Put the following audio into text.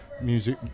music